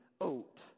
oat